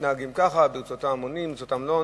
מתנהגים ככה, ברצותם עונים, לא עונים,